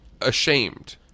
ashamed